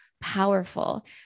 powerful